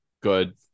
good